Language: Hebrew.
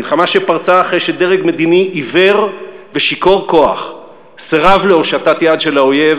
מלחמה שפרצה אחרי שדרג מדיני עיוור ושיכור כוח סירב להושטת יד של האויב